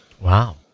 Wow